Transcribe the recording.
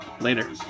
Later